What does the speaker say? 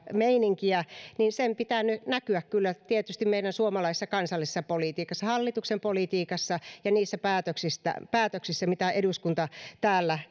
meininkiä niin sen pitää kyllä tietysti näkyä meidän suomalaisessa kansallisessa politiikassa hallituksen politiikassa ja niissä päätöksissä mitä eduskunta täällä